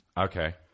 Okay